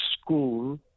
school